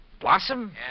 Blossom